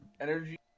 energy